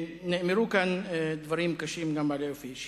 שנאמרו כאן דברים קשים, גם בעלי אופי אישי.